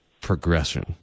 progression